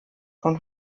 und